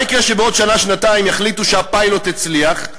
מה יקרה כשבעוד שנה-שנתיים יחליטו שהפיילוט הצליח,